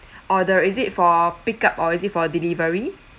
order is it for pick up or is it for delivery